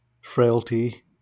frailty